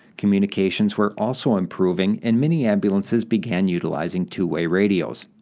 communications were also improving and many ambulances began utilizing two-way radios.